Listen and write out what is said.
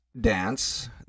dance